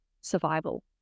survival